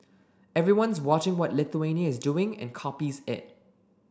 everyone's watching what Lithuania is doing and copies it